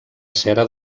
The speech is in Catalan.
cera